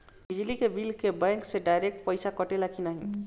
बिजली के बिल का बैंक से डिरेक्ट पइसा कटेला की नाहीं?